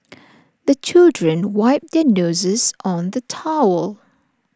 the children wipe their noses on the towel